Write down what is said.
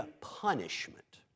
punishment